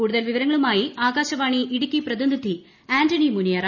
കൂടുതൽ വിവരങ്ങളുമായി ആകാശവാണി ഇടുക്കി പ്രതിനിധി ആന്റണി മുനിയറ